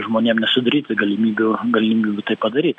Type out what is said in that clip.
žmonėm nesudaryti galimybių galimybių tai padaryt